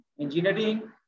Engineering